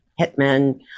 hitmen